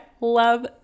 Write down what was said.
love